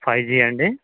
five జియా అండి